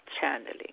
channeling